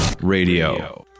Radio